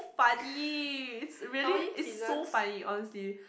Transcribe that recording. funny it's really it's so funny honestly